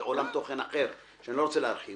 זה עולם תוכן אחר שאני לא רוצה להרחיב